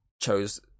chose